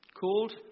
called